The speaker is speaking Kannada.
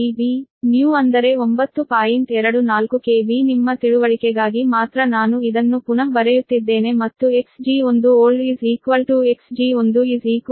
24 KV ನಿಮ್ಮ ತಿಳುವಳಿಕೆಗಾಗಿ ಮಾತ್ರ ನಾನು ಇದನ್ನು ಪುನಃ ಬರೆಯುತ್ತಿದ್ದೇನೆ ಮತ್ತು Xg1old Xg10